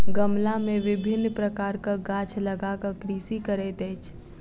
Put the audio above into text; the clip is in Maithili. गमला मे विभिन्न प्रकारक गाछ लगा क कृषि करैत अछि